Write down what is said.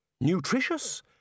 Nutritious